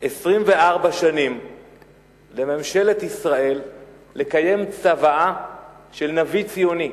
24 שנים לממשלת ישראל לקיים צוואה של נביא ציוני,